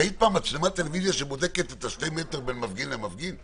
ראית פעם מצלמת טלוויזיה שבודקת את השני מטר בין מפגין למפגין?